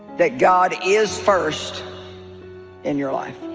that god is first in your life